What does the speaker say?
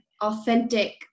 authentic